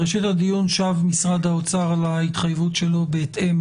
בראשית הדיון שב משרד האוצר על ההתחייבות שלו בהתאם